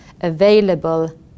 available